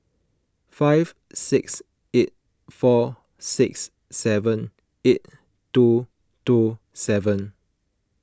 five six eight four six seven eight two two seven